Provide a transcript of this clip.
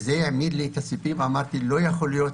לא יכול להיות,